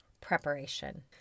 preparation